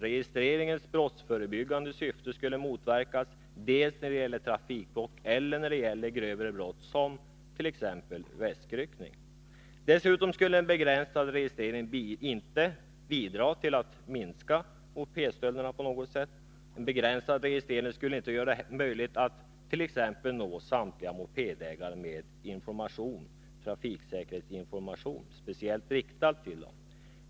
Registreringens brottsförebyggande syfte skulle motverkas dels när det gäller trafikbrott, dels när det gäller grövre brott, t.ex. väskryckning. Dessutom skulle en begränsad registrering inte bidra till att minska mopedstölderna. En begränsad registrering skulle inte heller göra det möjligt att t.ex. nå samtliga mopedägare med trafiksäkerhetsinformation, speciellt riktad till dem.